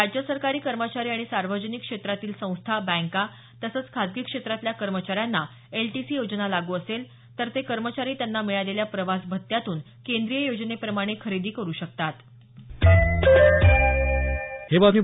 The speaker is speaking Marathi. राज्य सरकारी कर्मचारी आणि सावर्जनिक क्षेत्रातील संस्था बँका तसंच खाजगी क्षेत्रातल्या कर्मचाऱ्यांना एलटिसी योजना लागू असेल तर ते कर्मचारी त्यांना मिळालेल्या प्रवास भत्त्यातून केंद्रीय योजनेप्रमाणे खरेदी करू शकतात